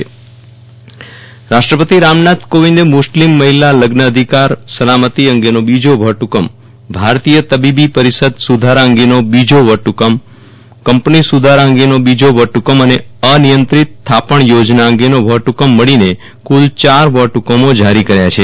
વિરલ રાણા રાષ્ટ્રપતિ વટહુકમ રાષ્ટ્રપતિ રામનાથ કોવિંદે મુસ્લીમ મહિલા લગ્ન અધિકાર સલામતી અંગેનો બીજો વટ હુકમ ભારતીય તબીબી પરિષદ સુધારા અંગેનો બીજો વટ હુકમ કંપની સુધારા અંગેનો બીજો વટ હુકમ અને અનિયંત્રીત થાપણ યોજના અંગેનો વટ હુકમ મળીને કુલ ચાર વટ હુકમો જારી કર્યા છે